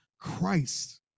Christ